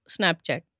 Snapchat